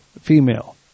female